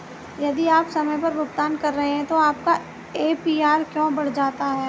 यदि आप समय पर भुगतान कर रहे हैं तो आपका ए.पी.आर क्यों बढ़ जाता है?